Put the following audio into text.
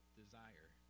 desire